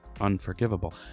unforgivable